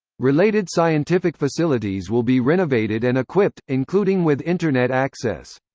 related scientific facilities will be renovated and equipped, including with internet access.